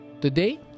Today